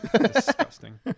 Disgusting